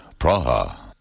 Praha